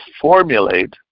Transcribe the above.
formulate